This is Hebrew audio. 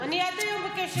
אני עד היום בקשר איתו.